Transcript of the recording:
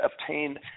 obtain